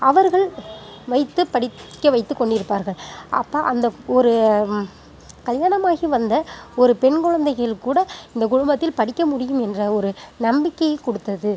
அவர்கள் வைத்து படிக்க வைத்து கொண்டிருப்பார்கள் அப்போது அந்த ஒரு கல்யாணமாகி வந்த ஒரு பெண் குழந்தைகள் கூட இந்த குடும்பத்தில் படிக்க முடியும் என்ற ஒரு நம்பிக்கையை கொடுத்தது